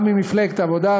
גם ממפלגת העבודה,